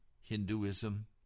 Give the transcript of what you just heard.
Hinduism